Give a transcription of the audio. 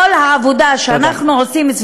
כל העבודה שאנחנו עושים, תודה.